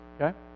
okay